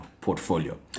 portfolio